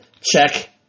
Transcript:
check